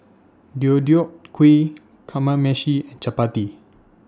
Deodeok Gui Kamameshi and Chapati